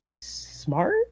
smart